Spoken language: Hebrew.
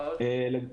מה עוד?